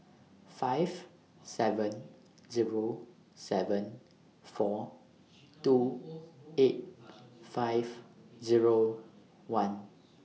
five seven Zero seven four two eight five Zero one